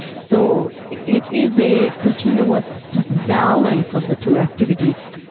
so it is a continuous balance of the two activities,